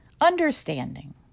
understanding